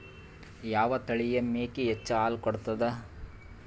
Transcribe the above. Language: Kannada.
ಯಾವ ತಳಿಯ ಮೇಕಿ ಹೆಚ್ಚ ಹಾಲು ಕೊಡತದ?